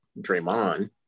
Draymond